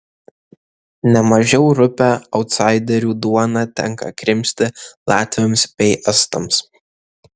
ne mažiau rupią autsaiderių duoną tenka krimsti latviams bei estams